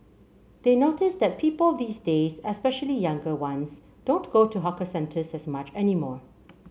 they notice that people these days especially younger ones don't go to hawker centres as much anymore